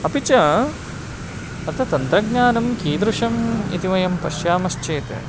अपि च अत्र तन्त्रज्ञानं कीदृशम् इति वयं पश्यामश्चेत्